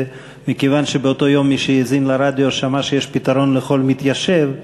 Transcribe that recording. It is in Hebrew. ומכיוון שבאותו יום מי שהאזין לרדיו שמע שיש פתרון לכל מתיישב,